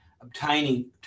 obtaining